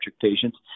patients